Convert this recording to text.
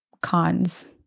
cons